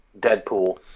Deadpool